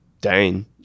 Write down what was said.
Dane